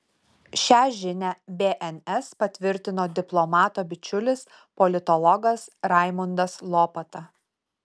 šią žinią bns patvirtino diplomato bičiulis politologas raimundas lopata